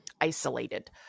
isolated